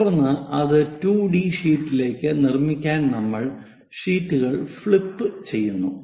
തുടർന്ന് അത് 2 ഡി ഷീറ്റിലേക്ക് നിർമ്മിക്കാൻ നമ്മൾ ഷീറ്റുകൾ ഫ്ലിപ്പുചെയ്യുന്നു